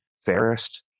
fairest